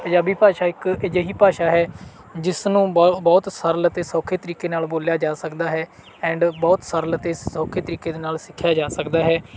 ਪੰਜਾਬੀ ਭਾਸ਼ਾ ਇੱਕ ਅਜਿਹੀ ਭਾਸ਼ਾ ਹੈ ਜਿਸਨੂੰ ਬਹੁ ਬਹੁਤ ਸਰਲ ਅਤੇ ਸੌਖੇ ਤਰੀਕੇ ਨਾਲ ਬੋਲਿਆ ਜਾ ਸਕਦਾ ਹੈ ਐਂਡ ਬਹੁਤ ਸਰਲ ਅਤੇ ਸੌਖੇ ਤਰੀਕੇ ਦੇ ਨਾਲ ਸਿੱਖਿਆ ਜਾ ਸਕਦਾ ਹੈ